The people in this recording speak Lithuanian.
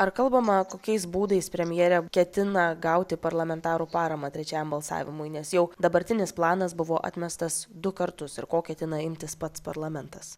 ar kalbama kokiais būdais premjerė ketina gauti parlamentarų paramą trečiajam balsavimui nes jau dabartinis planas buvo atmestas du kartus ir ko ketina imtis pats parlamentas